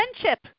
friendship